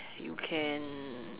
you can